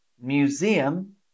museum